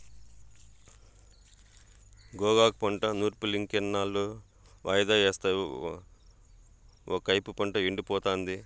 గోగాకు పంట నూర్పులింకెన్నాళ్ళు వాయిదా యేస్తావు ఒకైపు పంట ఎండిపోతాంది